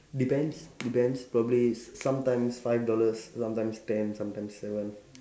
depends depends probably is sometimes five dollars sometimes ten sometimes seven